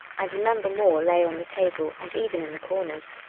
and a number more lay on the table and even in the corners.